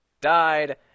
died